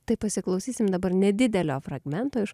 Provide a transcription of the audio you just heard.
tai pasiklausysim dabar nedidelio fragmento iš